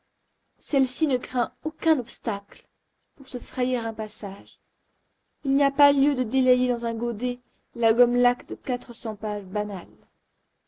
celle-ci ne craint aucun obstacle pour se frayer un passage il n'y a pas lieu de délayer dans un godet la gomme laque de quatre cents pages banales